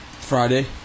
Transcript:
Friday